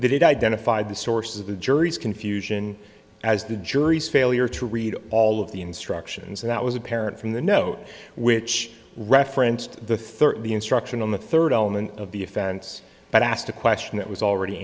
that it identified the source of the jury's confusion as the jury's failure to read all of the instructions that was apparent from the note which referenced the thirty instruction on the third element of the offense but asked a question that was already